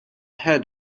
head